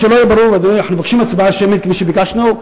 אדוני, אנחנו מבקשים הצבעה שמית, כפי שביקשנו,